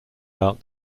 out